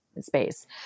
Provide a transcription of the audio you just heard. space